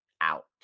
out